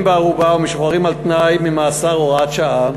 בערובה ומשוחררים על-תנאי ממאסר (הוראת שעה),